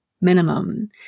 minimum